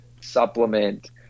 supplement